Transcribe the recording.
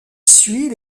suit